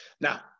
Now